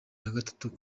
nagatatu